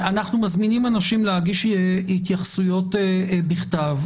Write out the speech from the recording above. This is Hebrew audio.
אנחנו מזמינים אנשים להגיש התייחסויות בכתב.